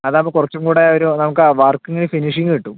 അതാകുമ്പോൾ കുറച്ചും കൂടെ ആ ഒരു നമുക്ക് ആ വർക്കിന് ഫിനിഷിംഗ് കിട്ടും